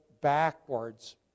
backwards